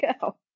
go